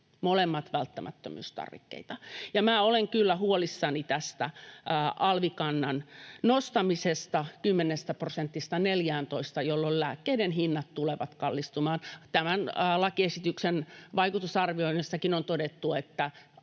molemmat välttämättömyystarvikkeita. Minä olen kyllä huolissani tästä alvikannan nostamisesta 10 prosentista 14:ään, jolloin lääkkeiden hinnat tulevat kallistumaan. Tämän lakiesityksen vaikutusarvioinnissakin on todettu, että